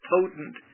potent